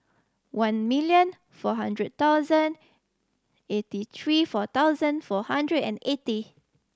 one million four hundred thousand eighty three four thousand four hundred and eighty